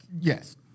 yes